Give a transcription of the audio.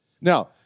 Now